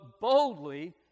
boldly